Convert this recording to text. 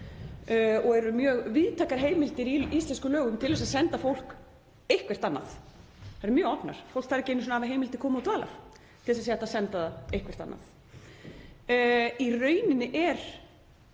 og eru mjög víðtækar heimildir í íslenskum lögum til þess að senda fólk eitthvert annað. Þær eru mjög opnar. Fólk þarf ekki einu sinni að hafa heimild til komu og dvalar til að hægt sé að senda það eitthvert annað. Í rauninni